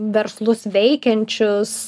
verslus veikiančius